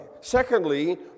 Secondly